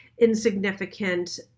insignificant